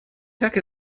как